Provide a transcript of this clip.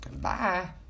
Bye